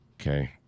Okay